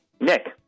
Nick